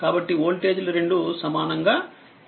కాబట్టివోల్టేజ్ లు రెండూసమానంగా ఉంటాయి